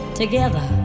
together